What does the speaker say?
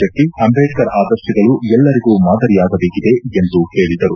ಶೆಟ್ಟಿ ಅಂಬೇಡ್ಕರ್ ಆದರ್ಶಗಳು ಎಲ್ಲರಿಗೂ ಮಾದರಿಯಾಗಬೇಕಿದೆ ಎಂದು ಹೇಳಿದರು